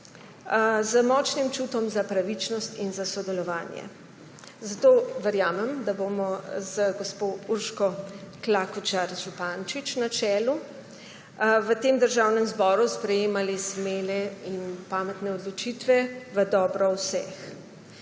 z močnim čutom za pravičnost in za sodelovanje. Zato verjamem, da bomo z gospo Urško Klakočar Zupančič na čelu v Državnem zboru sprejemali smele in pametne odločitve v dobro vseh.